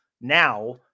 now